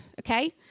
Okay